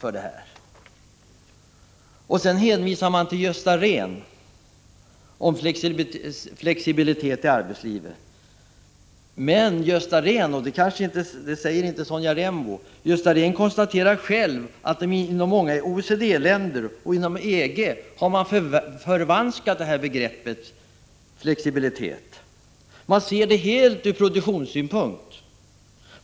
Vidare hänvisar man till Gösta Rehn när det gäller flexibilitet i arbetslivet. Men Gösta Rehn konstaterar själv — det sade Sonja Rembo ingenting om — att man inom många OECD-länder och inom EG har förvanskat begreppet ”flexibilitet”. Man ser det helt ur produktionssynpunkt.